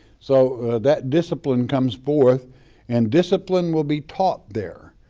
so that discipline comes forth and discipline will be taught there.